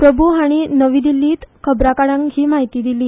प्रभू हांणी नवी दिल्लीत खबराकारांक ही म्हायती दिली